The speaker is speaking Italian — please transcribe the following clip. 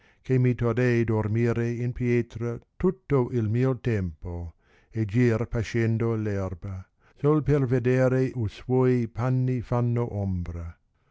che mi torrei dormire in pietra tutto il mio tempo e gir pascendo perba sol per vedere u suoi panni fanno ombra